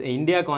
India